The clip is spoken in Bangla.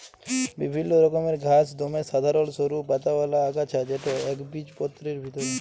বিভিল্ল্য রকমের ঘাঁস দমে সাধারল সরু পাতাআওলা আগাছা যেট ইকবিজপত্রের ভিতরে